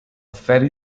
ferry